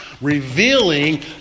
revealing